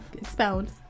expound